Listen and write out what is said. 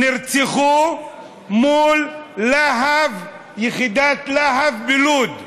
נרצחו מול להב, יחידת להב בלוד.